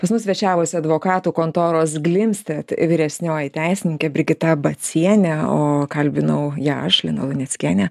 pas mus svečiavosi advokatų kontoros glimstedt vyresnioji teisininkė brigita bacienė o kalbinau ją aš lina luneckienė